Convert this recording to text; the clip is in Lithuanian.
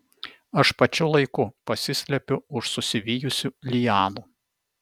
aš pačiu laiku pasislepiu už susivijusių lianų